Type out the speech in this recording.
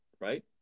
right